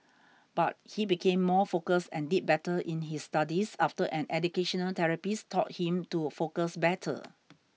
but he became more focused and did better in his studies after an educational therapist taught him to focus better